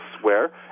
swear